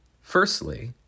Firstly